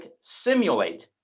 Simulate